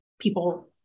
people